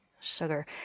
sugar